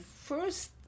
first